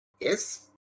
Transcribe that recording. yes